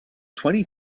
twenty